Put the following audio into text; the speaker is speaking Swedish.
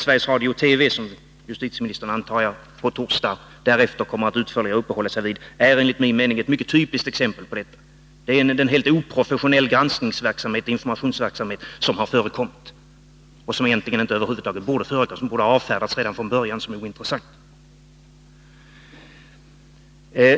Sveriges Radio-TV, som jag antar att justitieministern från och med torsdag kommer att uppehålla sig utförligare vid, är enligt min mening ett mycket typiskt exempel på detta. Det är en helt oprofessionell granskningsoch informationsverksamhet som har förekommit. Uppgifterna borde ha avfärdats redan från början som ointressanta.